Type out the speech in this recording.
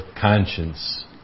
conscience